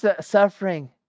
suffering